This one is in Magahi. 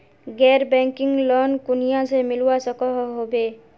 गैर बैंकिंग लोन कुनियाँ से मिलवा सकोहो होबे?